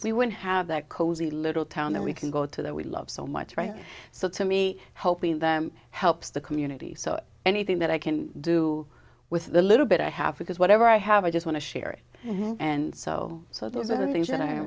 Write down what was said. we wouldn't have that cozy little town that we can go to that we love so much right so to me helping them helps the community so anything that i can do with the little bit i have because whatever i have i just want to share it and so so those are the things that i